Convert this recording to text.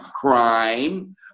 crime